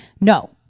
no